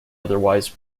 otherwise